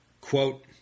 Quote